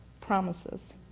promises